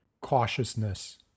cautiousness